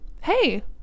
Hey